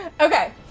Okay